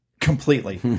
Completely